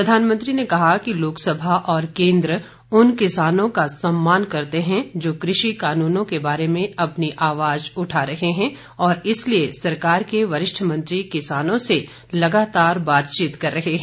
प्रधानमंत्री ने कहा कि लोकसभा और केंद्र उन किसानों का सम्मान करते हैं जो कृषि कानूनों के बारे में अपनी आवाज उठा रहे हैं और इसीलिए सरकार के वरिष्ठ मंत्री किसानों से लगातार बातचीत कर रहे हैं